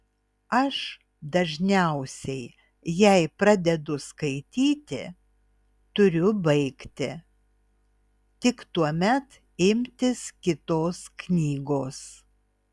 aš dažniausiai jei pradedu skaityti turiu baigti tik tuomet imtis kitos knygos